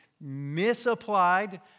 misapplied